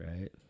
right